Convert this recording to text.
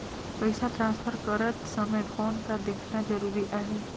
पइसा ट्रांसफर करत समय कौन का देखना ज़रूरी आहे?